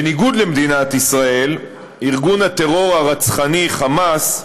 בניגוד למדינת ישראל, ארגון הטרור הרצחני "חמאס"